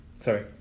sorry